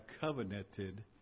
covenanted